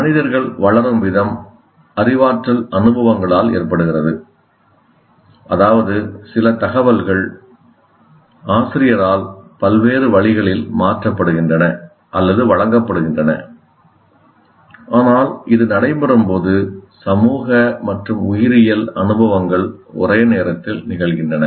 மனிதர்கள் வளரும் விதம் அறிவாற்றல் அனுபவங்களால் ஏற்படுகிறது அதாவது சில தகவல்கள் ஆசிரியரால் பல்வேறு வழிகளில் மாற்றப்படுகின்றன அல்லது வழங்கப்படுகின்றன ஆனால் இது நடைபெறும்போது சமூக மற்றும் உயிரியல் அனுபவங்கள் ஒரே நேரத்தில் நிகழ்கின்றன